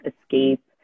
escape